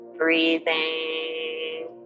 Breathing